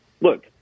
Look